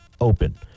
open